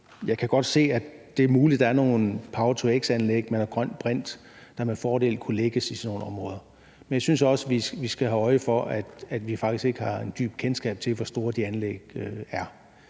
jeg godt se, at det er muligt, at der er nogle power-to-x-anlæg med noget grønt brint, der med fordel kunne lægges i sådan nogle områder, men jeg synes også, at vi skal have øje for, at vi faktisk ikke har et dybt kendskab til, hvor store de anlæg er.